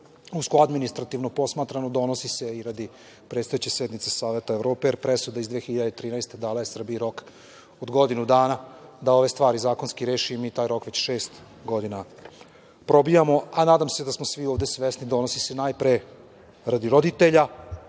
usko administrativno posmatrano donosi se i radi predstojeće sednice Saveta Evrope jer presuda iz 2013. godine dala je Srbiji rok od godinu dana da ove stvari zakonski reši i mi taj rok već šest godina probijamo, a nadam smo da smo svi ovde svesni, donosi se najpre radi roditelja